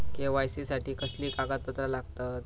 KYC साठी कसली कागदपत्र लागतत?